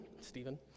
Stephen